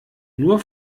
nur